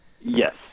Yes